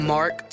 Mark